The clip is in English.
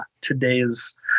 today's